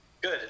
Good